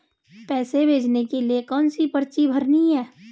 पैसे भेजने के लिए कौनसी पर्ची भरनी है?